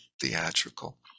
theatrical